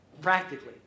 Practically